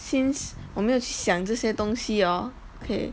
since 我没有去想这些东西 orh okay